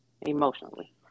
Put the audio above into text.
emotionally